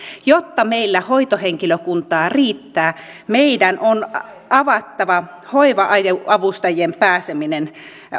jotta meillä hoitohenkilökuntaa riittää meidän on avattava hoiva avustajien pääseminen